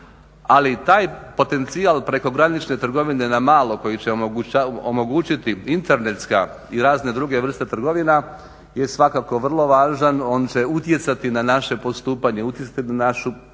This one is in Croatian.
Ali taj potencijal prekogranične trgovine na malo koji će omogućiti internetska i razne druge vrste trgovina je i svakako vrlo važan, on će utjecati na naše postupanje, utjecati na našu kupovinu,